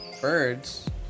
birds